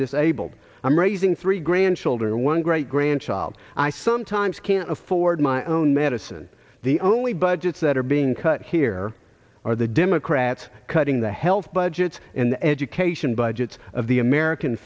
disabled i'm raising three grandchildren and one great grandchild i sometimes can't afford my own medicine the only budgets that are being cut here are the democrats cutting the health budgets and education budgets of the american